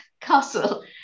Castle